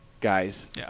guys